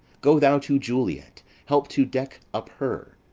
go thou to juliet, help to deck up her.